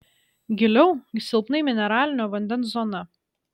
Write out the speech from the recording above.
giliau silpnai mineralinio vandens zona